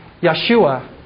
Yeshua